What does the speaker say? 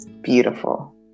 beautiful